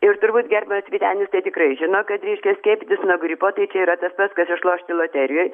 ir turbūt gerbiamas vytenis tai tikrai žino kad reiškia skiepytis nuo gripo tai yra tas pats kas išlošti loterijoj